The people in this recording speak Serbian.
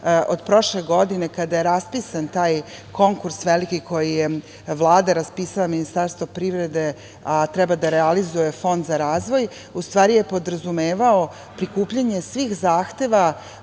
od prošle godine, kada je raspisan taj veliki konkurs koji je Vlada raspisala i Ministarstvo privrede a treba da ga realizuje Fond za razvoj, u stvari je podrazumevao prikupljanje svih zahteva